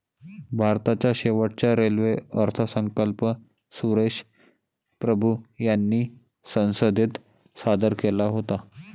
भारताचा शेवटचा रेल्वे अर्थसंकल्प सुरेश प्रभू यांनी संसदेत सादर केला होता